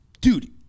dude